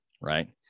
right